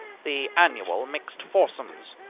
the annual mixed foursomes.